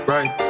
Right